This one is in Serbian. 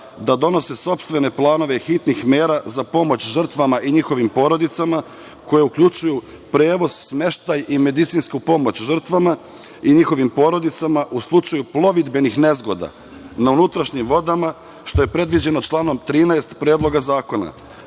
da donose sopstvene planove hitnih mera za pomoć žrtvama i njihovim porodicama koje uključuju prevoz, smeštaj i medicinsku pomoć žrtvama i njihovim porodicama u slučaju plovidbenih nezgoda na unutrašnjim vodama, što je predviđeno članom 13. Predloga zakona,